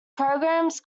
programs